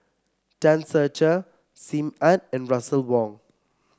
Tan Ser Cher Sim Ann and Russel Wong